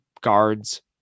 guards